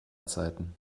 zeiten